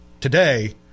today